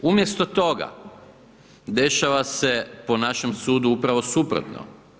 Umjesto toga dešava se po našem sudu upravo suprotno.